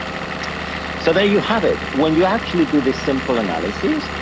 so there you have it, when you actually do this simple analysis,